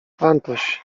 antoś